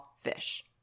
fish